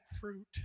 fruit